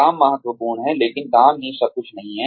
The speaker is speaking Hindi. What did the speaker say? काम महत्वपूर्ण है लेकिन काम ही सब कुछ नहीं है